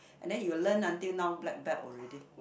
and then he will learn until now black belt already